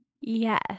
Yes